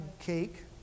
cake